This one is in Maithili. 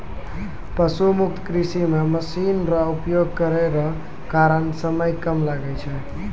पशु मुक्त कृषि मे मशीन रो उपयोग करै रो कारण समय कम लागै छै